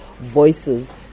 voices